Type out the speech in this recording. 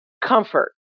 comfort